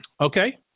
Okay